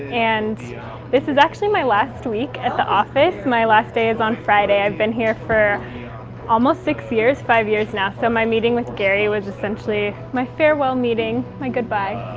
and this is actually my last week at the office. my last day is on friday, i've been here for almost six years, five years now. so my meeting with gary was essentially my farewell meeting, my goodbye.